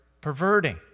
perverting